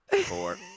four